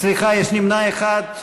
יש נמנע אחד.